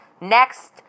next